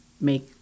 make